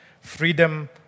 Freedom